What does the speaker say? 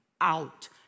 out